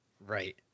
Right